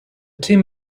team